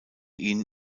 ihn